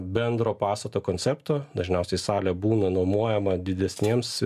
bendro pastato koncepto dažniausiai salė būna nuomojama didesniems